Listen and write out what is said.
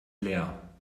leer